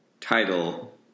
title